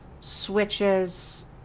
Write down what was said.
switches